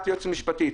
את יועצת משפטית,